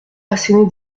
asséner